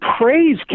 praise